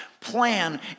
plan